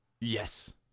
Yes